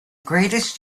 greatest